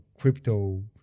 crypto